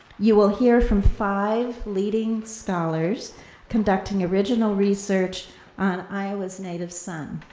you will hear from five leading scholars conducting original research on iowa's native son.